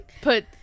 put